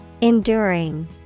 Enduring